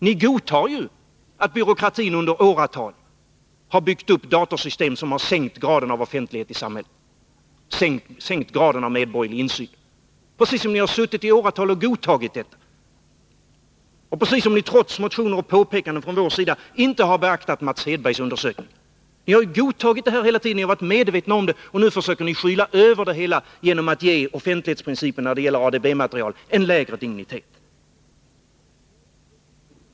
Ni godtar ju att byråkratin i åratal har byggt upp datasystem som sänkt graden av offentlighet i samhället, sänkt graden av medborgerlig insyn — precis som ni i åratal trots motioner och påpekanden från vår sida inte har beaktat Mats Hedbergs undersökning. Ni har ju godtagit detta hela tiden, ni har varit medvetna om det, och nu försöker ni skyla över det genom att ge offentlighetsprincipen när det gäller ADB-material en lägre dignitet.